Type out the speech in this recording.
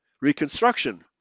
Reconstruction